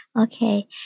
okay